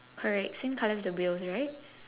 alright same colour as the wheels right